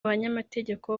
banyamategeko